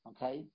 Okay